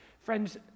Friends